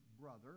brother